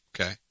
Okay